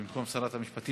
במקום שרת המשפטים.